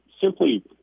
simply